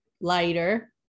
lighter